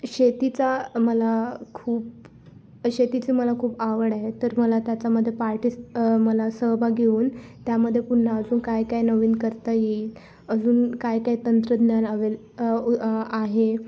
शेतीचा मला खूप शेतीचे मला खूप आवड आहे तर मला त्याच्यामध्ये पार्टीस मला सहभाग घेऊन त्यामध्ये पुन्हा अजून काय काय नवीन करता येईल अजून काय काय तंत्रज्ञान अवे ऊ आहे